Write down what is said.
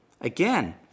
again